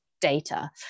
data